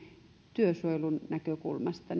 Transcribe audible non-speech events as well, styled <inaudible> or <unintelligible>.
työsuojelun näkökulmasta <unintelligible>